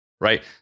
right